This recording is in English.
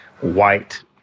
white